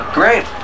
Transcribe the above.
great